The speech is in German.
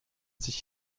sich